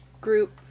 group